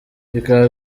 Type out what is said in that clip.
bikaba